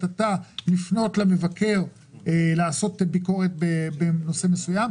לפנות למבקר לעשות ביקורת בנושא מסוים.